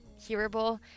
hearable